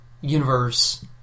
universe